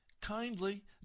Kindly